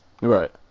Right